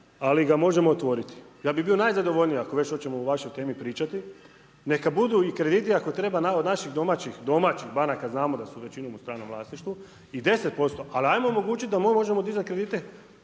ali ga možemo otvoriti. Ja bih bio najzadovoljniji ako već hoćemo o vašoj temi pričati, neka budu i krediti ako treba od naših domaćih, domaćih banaka, znamo da su većinom u stranom vlasništvu i 10%, ali ajmo omogućit da možemo dizat kredite